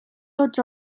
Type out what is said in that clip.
tots